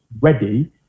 ready